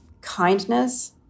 kindness